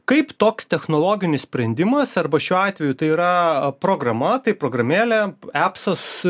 kaip toks technologinis sprendimas arba šiuo atveju tai yra programa tai programėlė apsas